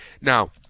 Now